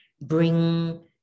bring